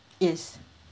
yes